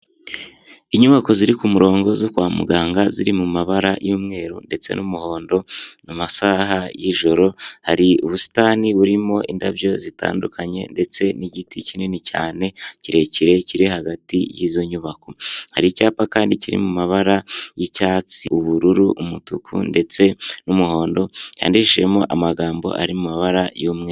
Inyubako ziri ku murongo zo kwa muganga ziri mu mabara y'umweru ndetse n'umuhondo mu masaha y'ijoro. Hari ubusitani burimo indabyo zitandukanye ndetse n'igiti kinini cyane kirekire kiri hagati y'izo nyubako. Hari icyapa kandi kiri mu mabara y'icyatsi, ubururu, umutuku ndetse n'umuhondo cyandikishijemo amagambo ari mu mabara y'umwe...